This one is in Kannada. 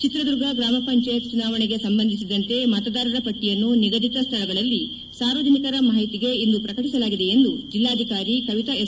ಚಿತ್ರದುರ್ಗ ಗ್ರಾಮಪಂಚಾಯತ್ ಚುನಾವಣೆಗೆ ಸಂಬಂಧಿಸಿದಂತೆ ಮತದಾರರ ಪಟ್ಟೆಯನ್ನು ನಿಗದಿತ ಸ್ಥಳಗಳಲ್ಲಿ ಸಾರ್ವಜನಿಕರ ಮಾಹಿತಿಗೆ ಇಂದು ಪ್ರಕಟಿಸಲಾಗಿದೆ ಎಂದು ಜಿಲ್ವಾಧಿಕಾರಿ ಕವಿತಾ ಎಸ್